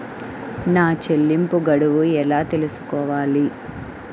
నా చెల్లింపు గడువు ఎలా తెలుసుకోవాలి?